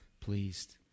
pleased